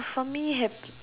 for me hap~